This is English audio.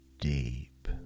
deep